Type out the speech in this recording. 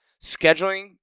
scheduling